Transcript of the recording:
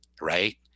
right